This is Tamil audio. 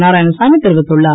நாராயணசாமி தெரிவித்துள்ளார்